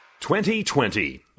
2020